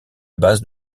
base